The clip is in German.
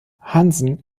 hansen